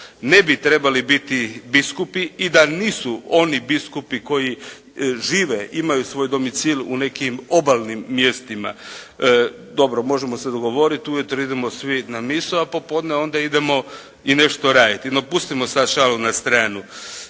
ne bi trebali biti biskupi i da nisu oni biskupi koji žive, imaju svoj domicil u nekim obalnim mjestima. Dobro, možemo se dogovoriti ujutro idemo svi na Misu, a popodne onda idemo i nešto raditi. No pustimo sad šalu na stranu.